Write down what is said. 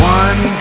one